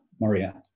Maria